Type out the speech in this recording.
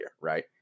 right